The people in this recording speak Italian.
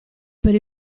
per